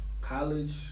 College